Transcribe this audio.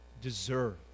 deserve